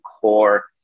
core